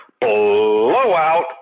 Blowout